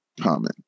comment